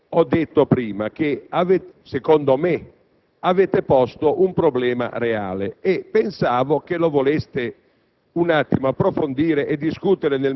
dell'opposizione. Ho detto prima che, secondo me, avete posto un problema reale e pensavo che lo voleste